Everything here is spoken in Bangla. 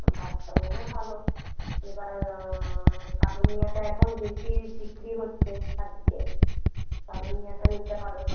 বাদশাভোগও ভালো এবার কালো নুনিয়াটা এখন বেশি বিক্রি হচ্ছে চারদিকে কালো নুনিয়াটা নিতে পারো